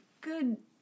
good